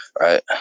right